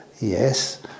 Yes